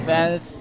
Fans